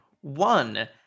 one